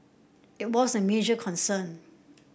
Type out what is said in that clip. it was a major concern